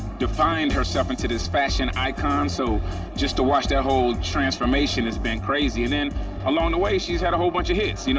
defined herself into this fashion icon, so just to watch that whole transformation has been crazy. and then along the way, she's had a whole bunch of hits. you know